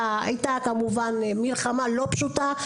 כמובן שהייתה מלחמה לא פשוטה,